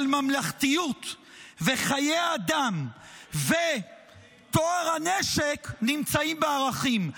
ממלכתיות וחיי אדם וטוהר הנשק נמצאים בערכים.